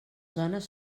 zones